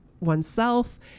oneself